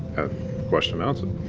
question answered.